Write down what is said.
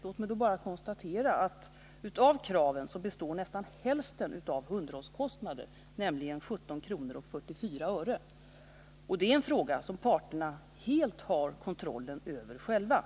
Låt mig bara konstatera att nästan hälften av kraven består av underhållskostnader, nämligen 17:44 kr. Det är en fråga som parterna själva helt har kontrollen över.